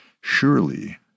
surely